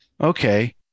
Okay